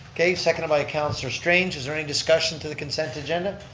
okay, seconded by councilor strange. is there any discussion to the consent agenda?